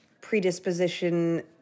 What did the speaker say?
predisposition